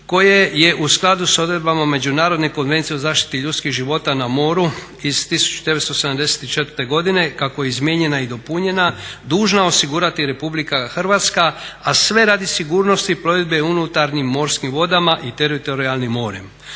koje je u skladu s odredbama Međunarodne Konvencije o zaštiti ljudskih života na moru iz 1974.godine kao je izmijenjena i dopunjena dužna osigurati RH, a sve radi sigurnosti provedbe u unutarnjim morskim vodama i teritorijalnim morem.